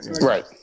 Right